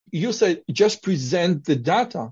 You said just present the data.